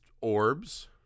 orbs